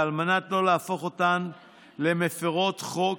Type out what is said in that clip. ועל מנת לא להפוך אותן למפירות חוק,